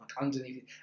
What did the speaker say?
underneath